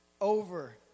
over